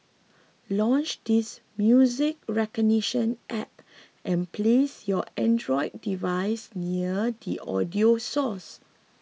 launch this music recognition app and place your Android device near the audio source